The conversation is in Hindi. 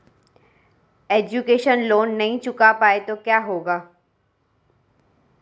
एजुकेशन लोंन नहीं चुका पाए तो क्या होगा?